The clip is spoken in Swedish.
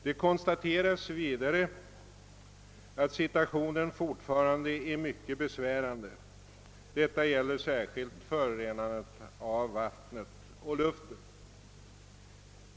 Det konstateras vidare att situationen fortfarande är mycket besvärande. Detta gäller särskilt förorenandet av vattnet och av luften.